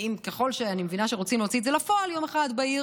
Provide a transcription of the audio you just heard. ככל שאני מבינה שרוצים להוציא את זה לפועל יום בהיר